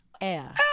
Air